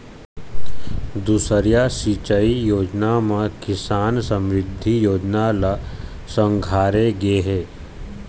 दुसरइया सिंचई योजना म किसान समरिद्धि योजना ल संघारे गे हे